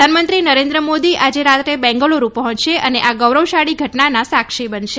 પ્રધાનમંત્રી નરેન્દ્ર મોદી આજે રાત્રે બેંગલુરુ પર્જોચશે અને આ ગૌરવશાળી ઘટનાના સાક્ષી બનશે